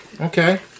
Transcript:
Okay